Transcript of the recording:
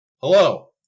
Hello